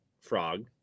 frog